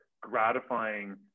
gratifying